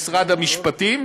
משרד המשפטים,